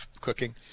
cooking